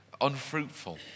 unfruitful